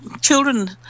children